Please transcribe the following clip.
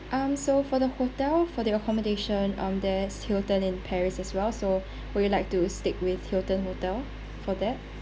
um so for the hotel for their accommodation um there's hilton in paris as well so would you like to stick with hilton hotel for that